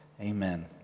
Amen